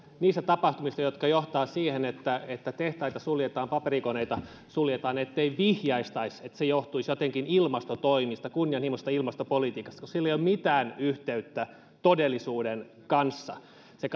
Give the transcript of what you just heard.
niistä tapahtumista jotka johtavat siihen että että tehtaita suljetaan paperikoneita suljetaan ettei vihjaistaisi että se johtuisi jotenkin ilmastotoimista kunnianhimoisesta ilmastopolitiikasta kun sillä ei ole mitään yhteyttä todellisuuden kanssa se